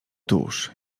tuż